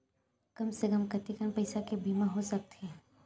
कम से कम कतेकन पईसा के बीमा हो सकथे?